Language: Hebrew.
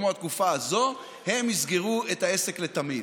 כמו התקופה הזאת, הם יסגרו את העסק לתמיד.